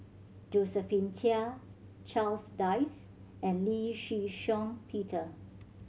Josephine Chia Charles Dyce and Lee Shih Shiong Peter